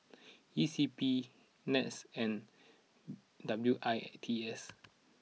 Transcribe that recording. E C P Nets and W I T S